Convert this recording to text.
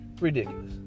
Ridiculous